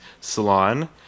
Salon